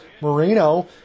Marino